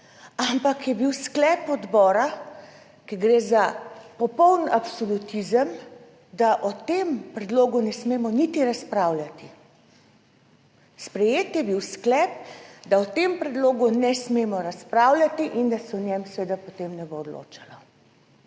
ampak je bil sklep odbora, ker gre za popoln absolutizem, da o tem predlogu ne smemo niti razpravljati. Sprejet je bil sklep, da o tem predlogu ne smemo razpravljati in da se o njem seveda potem ne bo odločalo.